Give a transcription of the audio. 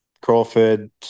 Crawford